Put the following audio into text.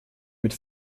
mit